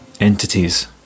entities